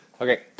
Okay